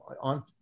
on